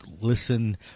Listen